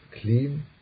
clean